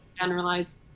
generalize